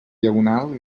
diagonal